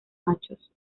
machos